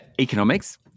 economics